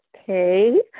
okay